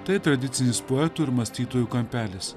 tai tradicinis poetų ir mąstytojų kampelis